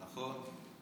נכון.